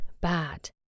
bad